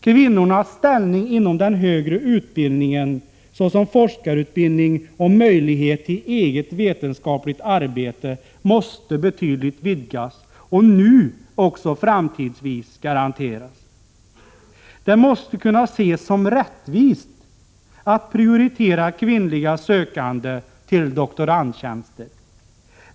Kvinnornas ställning inom den högre utbildningen, t.ex. vad gäller forskarutbildning och möjlighet till eget vetenskapligt arbete, måste betydligt vidgas och nu också framgent garanteras. Det måste kunna ses som rättvist att prioritera kvinnliga sökande till doktorandtjänster.